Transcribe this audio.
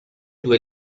due